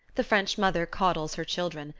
the french mother coddles her children,